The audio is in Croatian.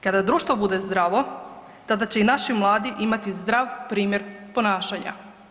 Kada društvo bude zdravo, tada će i naši mladi imati zdrav primjer ponašanja.